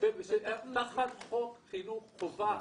תחת חוק חינוך חובה.